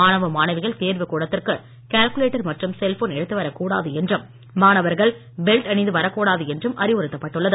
மாணவ மாணவிகள் தேர்வு கூடத்திற்கு கால்குலேட்டர் மற்றும் செல்போன் எடுத்து வரக்கூடாது என்றும் மாணவர்கள் பெல்ட் அணிந்து வரக் கூடாது என்றும் அறிவுறுத்தப்பட்டுள்ளது